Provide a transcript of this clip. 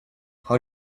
how